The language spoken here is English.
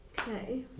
Okay